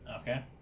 Okay